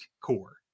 core